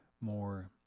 more